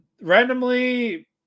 randomly